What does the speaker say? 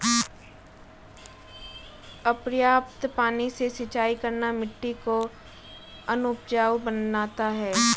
अपर्याप्त पानी से सिंचाई करना मिट्टी को अनउपजाऊ बनाता है